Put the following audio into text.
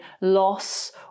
loss